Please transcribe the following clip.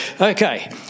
Okay